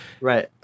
Right